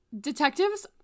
Detectives